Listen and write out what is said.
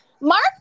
Mark